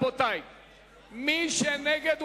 מי שנגד,